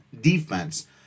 defense